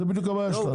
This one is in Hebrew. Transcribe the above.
זו בדיוק הבעיה שלנו.